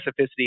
specificity